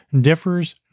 differs